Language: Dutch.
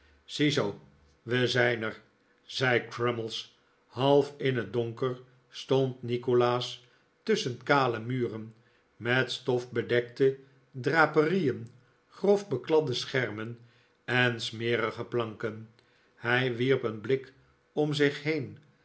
ziezoo we zijn er zei crummies half in het donker stond nikolaas tusschen kale muren met stof bedekte draperieen grof bekladde schermen en smerige planken hij wierp een blik om zich heen